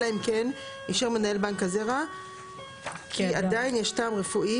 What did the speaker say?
אלא אם כן אישר מנהל בנק הזרע כי עדיין יש טעם רפואי